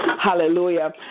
Hallelujah